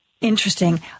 Interesting